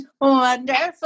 wonderful